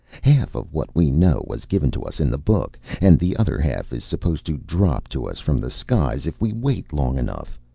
half of what we know was given to us in the book, and the other half is supposed to drop to us from the skies if we wait long enough.